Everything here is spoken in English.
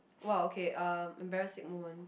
!wah! okay uh embarrassing moment